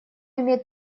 имеет